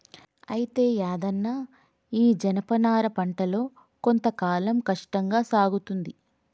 అయితే యాదన్న ఈ జనపనార పంటలో కొంత కాలం కష్టంగా సాగుతుంది